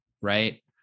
right